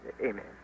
Amen